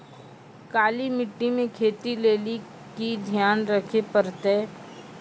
काली मिट्टी मे खेती लेली की ध्यान रखे परतै?